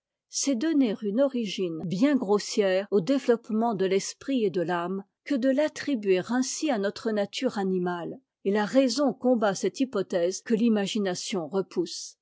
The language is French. c'est donner une origine bien grossière au développement de l'esprit et de l'âme que de l'attribuer ainsi à notre nature animale et la raison combat cette hypothèse que l'imagination repousse